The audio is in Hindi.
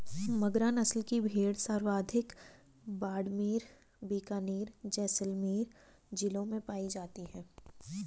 मगरा नस्ल की भेड़ सर्वाधिक बाड़मेर, बीकानेर, जैसलमेर जिलों में पाई जाती है